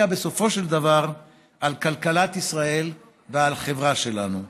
בסופו של דבר על כלכלת ישראל ועל החברה שלנו.